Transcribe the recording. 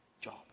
job